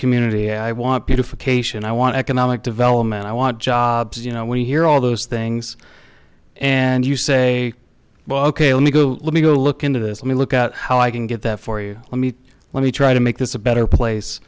community i want beautification i want economic development i want jobs you know we hear all those things and you say well ok let me go let me go look into this i mean look at how i can get that for you let me let me try to make this a better place